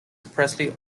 presley